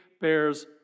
bears